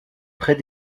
près